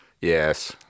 Yes